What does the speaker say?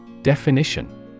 Definition